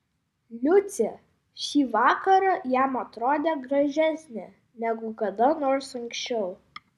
liucė šį vakarą jam atrodė gražesnė negu kada nors anksčiau